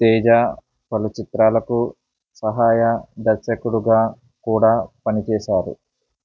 తేజ పలు చిత్రాలకు సహాయ దర్శకుడుగా కూడా పనిచేశారు